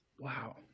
Wow